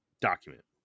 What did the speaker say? document